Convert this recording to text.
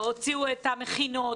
ואת המכינות.